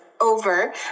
over